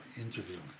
interviewing